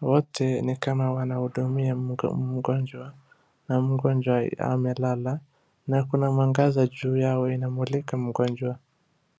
wote ni kama wanahudumia mgonjwa na mgonjwa amelala. Na kuna mwangaza juu yao inamulika mgonjwa.